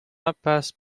impasse